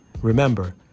Remember